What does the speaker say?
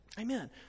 Amen